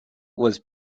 was